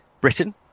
Britain